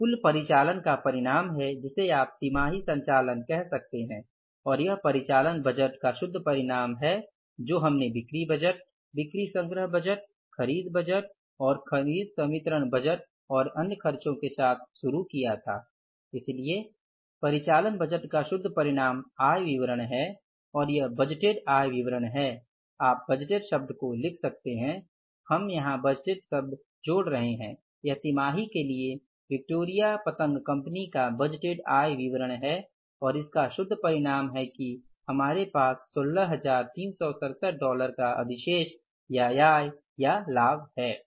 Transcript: यह कुल परिचालन का परिणाम है जिसे आप तिमाही संचालन कह सकते हैं और यह परिचालन बजट का शुद्ध परिणाम है जो हमने बिक्री बजट बिक्री संग्रह बजट खरीद बजट खरीद संवितरण बजट और अन्य खर्चों के साथ शुरू किया था इसलिए परिचालन बजट का शुद्ध परिणाम आय विवरण है और यह बजटेड आय विवरण है आप बजटेड शब्द को लिख सकते हैं हमें यहां बजटेड शब्द जोड़ना चाहिए यह तिमाही के लिए विक्टोरिया काइट कंपनी का बजटेड आय विवरण है और इसका शुद्ध परिणाम है कि हमारे पास १६३६७ का अधिशेष या आय या लाभ है